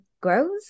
grows